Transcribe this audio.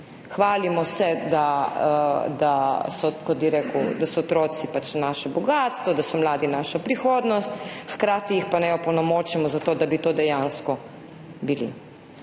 je rekel, da so otroci naše bogastvo, da so mladi naša prihodnost, hkrati jih pa ne opolnomočimo za to, da bi to dejansko bili.